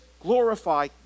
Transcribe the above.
glorify